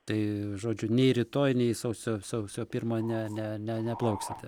tai žodžiu nei rytoj nei sausio sausio pirmą ne ne ne neplauksite